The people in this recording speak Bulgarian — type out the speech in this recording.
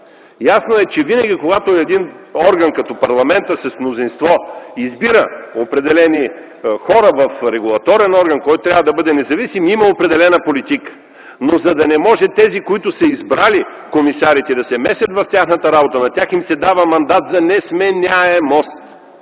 Ясно е, че винаги, когато един орган като парламента с мнозинство избира определени хора в регулаторен орган, който трябва да бъде независим, има определена политика. Но за да не може тези, които са избрали комисарите, да се месят в тяхната работа, на тях им се дава мандат за несменяемост,